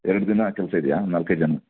ಎರ್ಡು ದಿನ ಕೆಲಸ ಇದೆಯಾ ನಾಲ್ಕೇ ಜನ